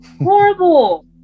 Horrible